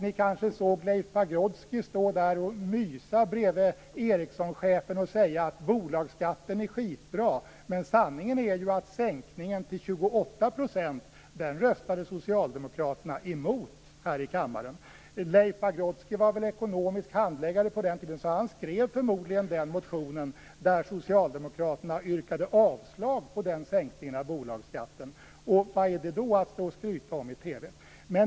Ni kanske såg Leif Pagrotsky stå och mysa bredvid Ericssonchefen och säga att bolagsskatten är skitbra. Men sanningen är ju att socialdemokraterna röstade emot sänkningen till 28 % här i kammaren. Leif Pagrotsky var väl ekonomisk handläggare på den tiden. Därför skrev han förmodligen den motion där socialdemokraterna yrkade avslag när det gällde den sänkningen av bolagsskatten. Vad är det då att stå och skryta om i TV?